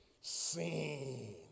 sin